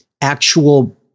actual